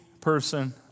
person